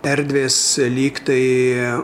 erdvės lyg tai